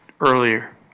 earlier